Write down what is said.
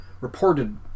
reported